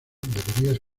debería